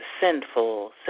sinful